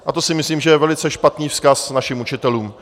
A to si myslím, že je velice špatný vzkaz našim učitelům.